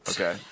Okay